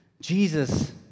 Jesus